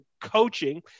coaching